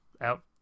out